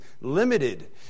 limited